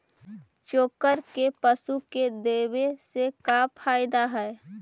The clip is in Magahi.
चोकर के पशु के देबौ से फायदा का है?